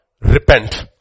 Repent